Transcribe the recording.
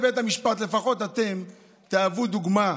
ואני קורא לבית המשפט: לפחות אתם תהוו דוגמה,